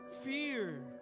fear